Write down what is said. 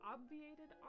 Obviated